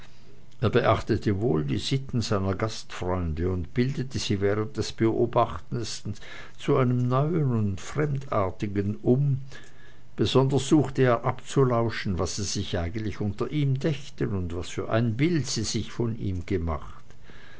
er beachtete wohl die sitten seiner gastfreunde und bildete sie während des beobachtens zu einem neuen und fremdartigen um besonders suchte er abzulauschen was sie sich eigentlich unter ihm dächten und was für ein bild sie sich von ihm gemacht